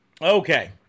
Okay